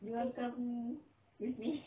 you want to come with me